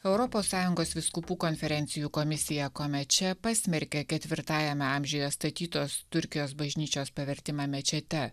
europos sąjungos vyskupų konferencijų komisija komeče pasmerkė ketvirtajame amžiuje statytos turkijos bažnyčios pavertimą mečete